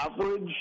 average